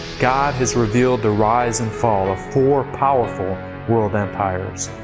god has revealed, the rise and fall of four powerful world empires.